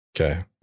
okay